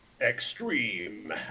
extreme